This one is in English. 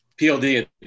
PLD